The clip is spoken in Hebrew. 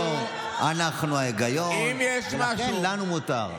הנאורים, אנחנו ההיגיון, ולכן לנו מותר.